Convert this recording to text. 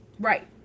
right